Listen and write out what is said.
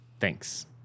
Thanks